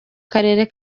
karere